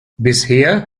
bisher